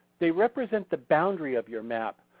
they represent the boundary of your map.